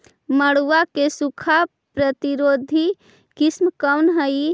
मड़ुआ के सूखा प्रतिरोधी किस्म हई?